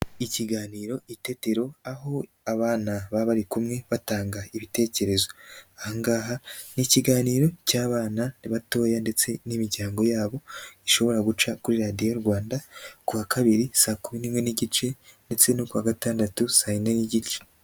Ikiganiro itetero aho abana baba bari kumwe batanga ibitekerezo. Aha ngaha ni ikiganiro cy'abana batoya ndetse n'imiryango yabo gishobora guca kuri Radiyo Rwanda ku wa Kabiri saa kumi n'imwe n'igice ndetse no ku wa Gatandatu saa yine n'igice.